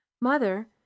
Mother